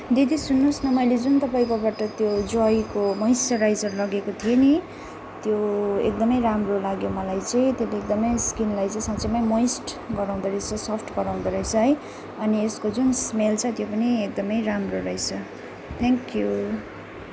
दिदी सुन्नुहोस् न मैले जुन तपाईँकोबाट त्यो जोयको मोइस्चराइजर लगेको थिएँ नि त्यो एकदमै राम्रो लाग्यो मलाई चाहिँ त्यसले एकदमै स्किनलाई चाहिँ साँच्ची नै मोइस्ट गराउँदोरहेछ सफ्ट गराउँदोरहेछ है अनि यसको जुन स्मेल छ त्यो पनि एकदमै राम्रो रहेछ थ्याङ्क यू